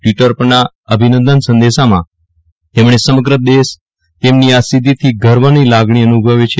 Twitter પરના અભિનંદન સંદેશાંમાં તેમણે સમગ્ર દેશ તેમની આ સિદ્ધિથી ગર્વની લાગણી અનુભવે છે